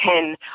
ten